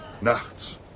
nachts